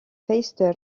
face